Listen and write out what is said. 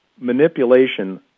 manipulation